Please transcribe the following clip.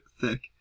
thick